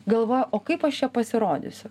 galvoja o kaip aš čia pasirodysiu